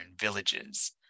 villages